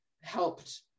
helped